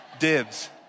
Dibs